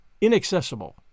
inaccessible